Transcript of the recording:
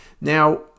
Now